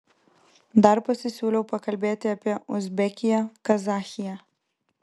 dar pasisiūliau pakalbėti apie uzbekiją kazachiją